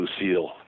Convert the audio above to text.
Lucille